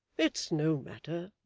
it's no matter